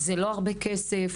זה לא הרבה כסף.